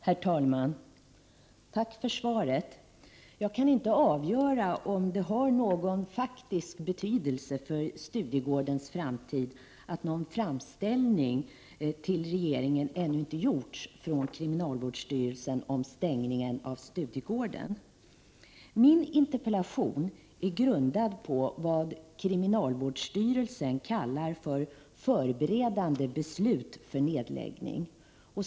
Herr talman! Tack för svaret. Jag kan inte avgöra om det har någon faktisk betydelse för Studiegårdens framtid att det från kriminalvårdsstyrelsen ännu inte har gjorts någon framställning till regeringen om stängningen av Studiegården. Min interpellation är grundad på vad kriminalvårdsstyrelsen kallar för förberedande beslut om nedläggning.